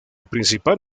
principal